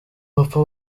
bapfa